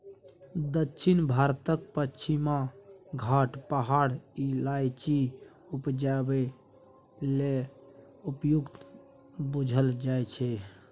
दक्षिण भारतक पछिमा घाट पहाड़ इलाइचीं उपजेबाक लेल उपयुक्त बुझल जाइ छै